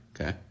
okay